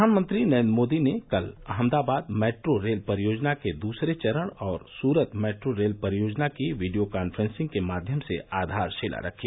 प्रधानमंत्री नरेन्द्र मोदी ने कल अहमदाबाद मैट्रो रेल परियोजना के दूसरे चरण और सुरत मैट्रो रेल परियोजना की वीडियो कान्फ्रेंसिंग के माध्यम से आधारशिला रखी